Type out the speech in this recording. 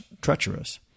treacherous